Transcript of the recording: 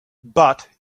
but